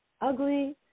ugly